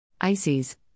ICES